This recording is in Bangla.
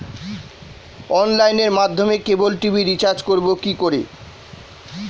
অনলাইনের মাধ্যমে ক্যাবল টি.ভি রিচার্জ করব কি করে?